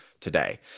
today